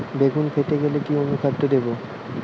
বেগুন ফেটে গেলে কি অনুখাদ্য দেবো?